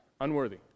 unworthy